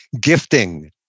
gifting